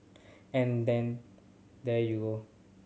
and then there you go